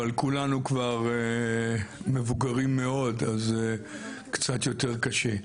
אבל כולנו כבר מבוגרים מאוד אז קצת יותר קשה.